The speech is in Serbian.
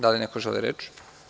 Da li neko želi reč?